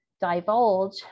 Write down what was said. divulge